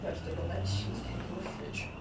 um still got that cheesecake in the fridge,